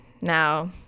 now